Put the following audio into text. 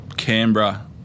Canberra